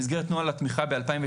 במסגרת נוהל התמיכה ב-2019,